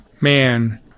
man